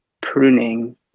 pruning